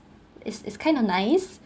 it's it's kind of nice